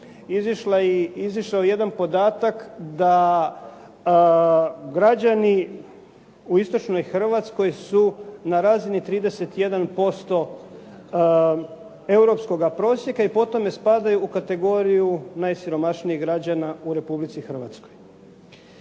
izišao jedan podatak da građani u istočnoj Hrvatskoj su na razini 31% europskoga prosjeka i po tome spadaju u kategoriju najsiromašnijih građana u Republici Hrvatskoj.